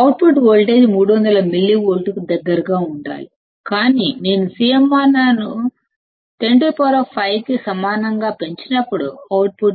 output voltage 300 millivolts కు దగ్గరగా ఉండాలి కాని నేను CMRR ను 105 కి పెంచినప్పుడు అవుట్పుట్ 300